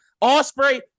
osprey